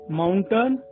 mountain